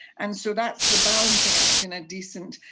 and so that's the balancing act, in a decent,